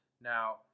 Now